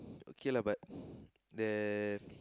okay lah but the